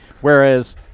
whereas